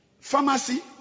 Pharmacy